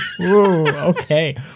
okay